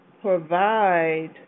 provide